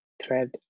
thread